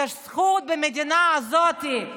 יש זכות במדינה הזאת,